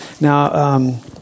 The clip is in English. Now